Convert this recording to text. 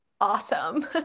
awesome